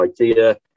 idea